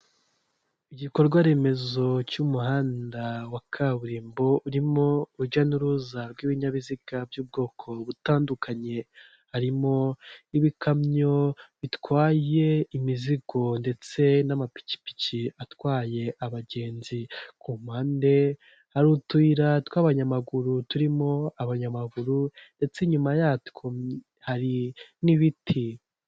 Igikorwa remezo cy'umuhanda wa kaburimbo urimo urujya n'uruza rw'ibinyabiziga by'ubwoko butandukanye, harimo ibikamyo bitwaye imizigo ndetse n'ama pikipiki atwaye abagenzi, ku mpande hari utuyira tw'abanyamaguru turimo abanyamaguru ndetse inyuma yatwo hari n'ibiti.